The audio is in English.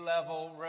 level